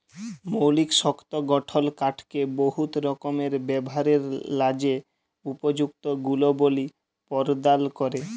মৌলিক শক্ত গঠল কাঠকে বহুত রকমের ব্যাভারের ল্যাযে উপযুক্ত গুলবলি পরদাল ক্যরে